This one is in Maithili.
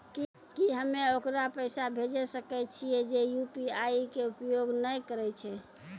की हम्मय ओकरा पैसा भेजै सकय छियै जे यु.पी.आई के उपयोग नए करे छै?